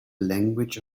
language